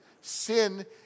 Sin